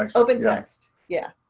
um open text, yeah.